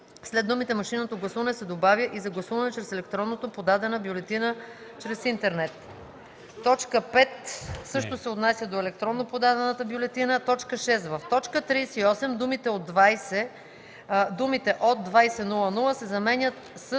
след думите „машинното гласуване” се добавя „и за гласуване чрез електронното подадена бюлетина чрез интернет”.” Точка 5 също се отнася до електронното подадена бюлетина. „6. В т. 38 думите „от 20,00” се заменят с